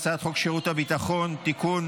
הצעת חוק שירות ביטחון (תיקון,